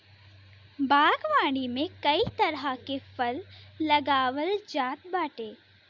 बागवानी में कई तरह के फल लगावल जात बाटे